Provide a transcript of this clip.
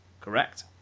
Correct